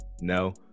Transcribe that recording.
No